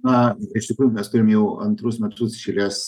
na iš tikrųjų mes turim jau antrus metus iš eilės